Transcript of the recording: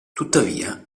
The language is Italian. tuttavia